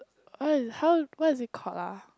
what is how what is it called ah